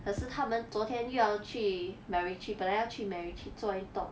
可是他们昨天又要去 macritchie 本来要去 macritchie 去做运动